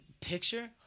picture